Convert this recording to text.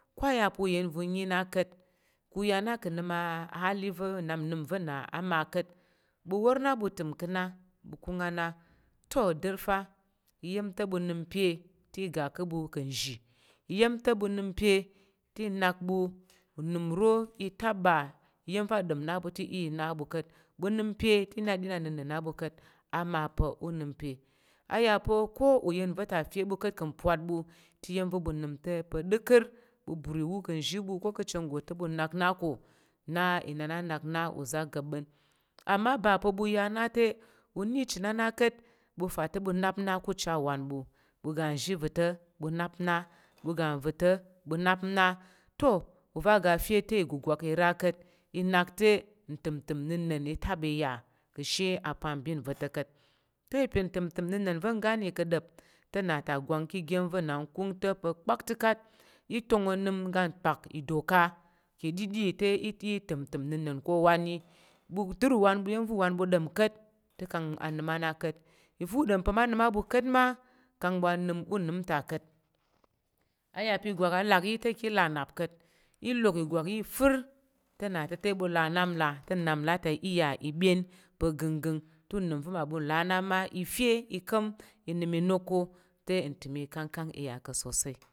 Ko a yà̱ pa̱ uyen va̱ nyi na ka̱t ka̱ ya na ka̱ yi ma ahali va̱ nnap nnəm va̱ na ama ka̱t ɓu war na ɓu təm ka̱ na ɓu kung ana to dər fa iya̱m to na nəm pe te iga ka̱ ɓu ka̱ nzhi iya̱m to ɓu nəm pa̱ te nak ɓu nəm ro i ta ɓa iya̱m fa adin na ɓu te i na bu ka̱t ɓu nəm pa̱ te na aɗin ana̱nən a ɓu ka̱t ama pa unəm pa a ya pa̱ ko iya̱m va̱ ta fe ɓu ka̱t ka̱ pwat ɓu te uyen va̱ va nəm te pa̱ ɗəkər ɓu bur iwu ka̱ nshi ɓu ko ka̱ chen nggo te ɓu nak ko na i a nak na uza̱ ga ɓa ama ɓa pa̱ ɓu ya na te unəm ichən ana ka̱t ɓu fa ta ɓu nnap na ka̱ chen wa ɓu ɓu ga nzhi va̱to ɓu nnap na ɓu ga nva̱ta̱ ɓu nap na to uva̱ a fe te ìgugwak ira ka̱t i nak te ntəm ntəm nna̱na̱n i te ɓa ya ka̱ ashe apambin va̱ to kat te ipir ntim tim nenen ve ngani padep te na tagwan ki ygem ve na nkung to pa pak ticat itung onəm ga pak ido ka̱ ka̱ ɗiɗi te i te ntəm ntəm nna̱na̱n ko owan yi ɓu dər uwan ɓu iya̱m va uwan ɓu ɗom ka̱t te kang ma na ka̱t iva̱ ndom pa̱ ma nəm a ɓu ka̱t mma kang ɓa nəm unəm ta ka̱t iya pa̱ igwak alak yi te kang i là nnap ka̱t i lok ìgwak yi afər te nna ta te ɓu là nnap la te nnap là ta nya ibyen pa̱ ginging te nəm va̱ ma bu n là ana ma i fe i ka̱ i nəm inok ko te ntəm ikangkang i ya ka̱ sosai.